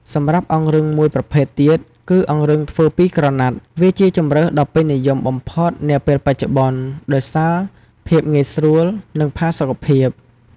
សម្រាប់អង្រឹងមួយប្រភេទទៀតគឺ អង្រឹងធ្វើពីក្រណាត់ វាជាជម្រើសដ៏ពេញនិយមបំផុតនាពេលបច្ចុប្បន្ន ដោយសារភាពងាយស្រួល និងផាសុខភាព។